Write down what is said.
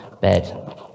bed